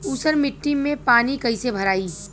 ऊसर मिट्टी में पानी कईसे भराई?